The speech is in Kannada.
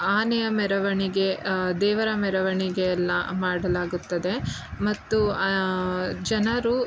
ಆನೆಯ ಮೆರವಣಿಗೆ ದೇವರ ಮೆರವಣಿಗೆ ಎಲ್ಲ ಮಾಡಲಾಗುತ್ತದೆ ಮತ್ತು ಜನರು